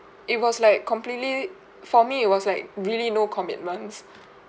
it was like completely for me it was like really no commitments